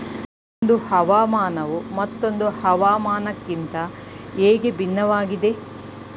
ಒಂದು ಹವಾಮಾನವು ಮತ್ತೊಂದು ಹವಾಮಾನಕಿಂತ ಹೇಗೆ ಭಿನ್ನವಾಗಿದೆ?